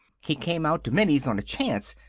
he came out to minnie's on a chance.